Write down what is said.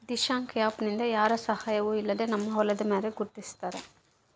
Dishank app ನಿಂದ ಯಾರ ಸಹಾಯವೂ ಇಲ್ಲದೆ ನಮ್ಮ ಹೊಲದ ಮ್ಯಾರೆ ಗುರುತಿಸ್ತಾರ